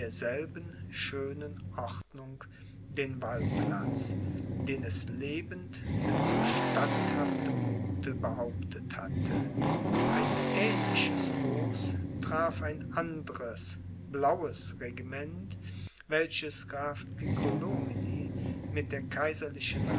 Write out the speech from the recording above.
schönen ordnung den wahlplatz den es lebend mit so standhaftem muthe behauptet hatte ein ähnliches loos traf ein anderes blaues regiment welches graf piccolomini mit der kaiserlichen